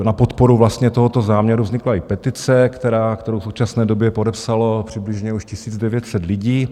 Na podporu vlastně tohoto záměru vznikla i petice, kterou v současné době podepsalo přibližně už 1 900 lidí.